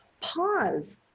pause